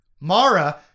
Mara